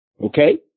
Okay